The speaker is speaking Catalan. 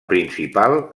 principal